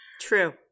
True